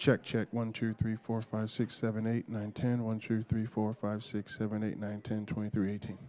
check check one two three four five six seven eight nine ten one two three four five six seven eight nine ten twenty three eighteen